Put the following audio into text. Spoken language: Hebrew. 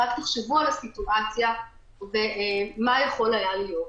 רק תחשבו על הסיטואציה מה יכול היה להיות.